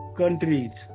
countries